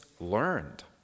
learned